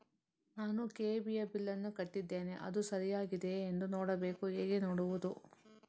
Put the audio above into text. ನಾನು ಕೆ.ಇ.ಬಿ ಯ ಬಿಲ್ಲನ್ನು ಕಟ್ಟಿದ್ದೇನೆ, ಅದು ಸರಿಯಾಗಿದೆಯಾ ಎಂದು ನೋಡಬೇಕು ಹೇಗೆ ನೋಡುವುದು?